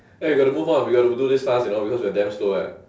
eh we got to move on we got to do this fast you know because we're damn slow eh